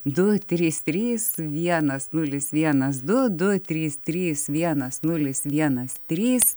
du trys trys vienas nulis vienas du du trys trys vienas nulis vienas trys